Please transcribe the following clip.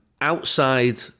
outside